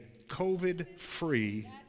COVID-free